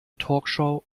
talkshow